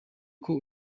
uko